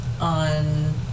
on